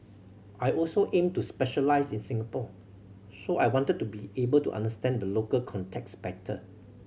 I also aim to specialise in Singapore so I wanted to be able to understand the local context better